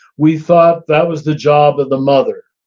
we thought that was the job of the mother.